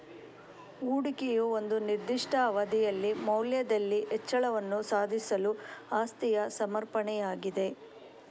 ಹೂಡಿಕೆಯು ಒಂದು ನಿರ್ದಿಷ್ಟ ಅವಧಿಯಲ್ಲಿ ಮೌಲ್ಯದಲ್ಲಿ ಹೆಚ್ಚಳವನ್ನು ಸಾಧಿಸಲು ಆಸ್ತಿಯ ಸಮರ್ಪಣೆಯಾಗಿದೆ